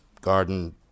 garden